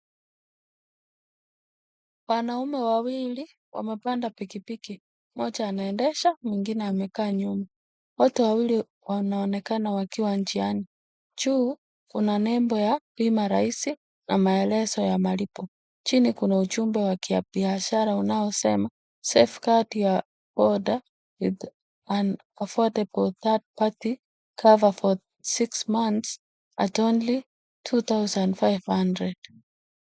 Wanaume wawili wamepanda pikipiki. Mmoja anaendesha mwingine amekaa nyuma. Wote wawili wanaonekana wakiwa njiani juu kuna nembo ya bima rahisi na maelezo ya malipo chini kuna ujumbe wa kibiashara unaosema Safe Guard Your Order With An Affordable Third Party Cover For 6 Months At Only 2500 .